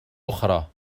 أخرى